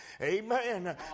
Amen